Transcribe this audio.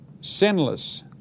sinless